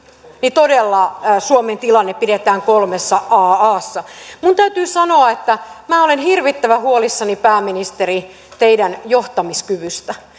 todella suomen tilanne pidetään kolmessa assa minun täytyy sanoa että minä olen hirvittävän huolissani pääministeri teidän johtamiskyvystänne